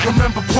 Remember